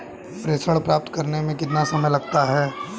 प्रेषण प्राप्त करने में कितना समय लगता है?